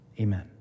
Amen